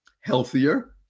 healthier